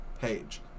page